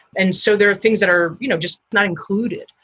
and so there are things that are you know just not included.